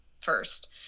first